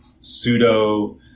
pseudo